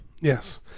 Yes